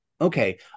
Okay